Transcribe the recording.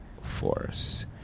force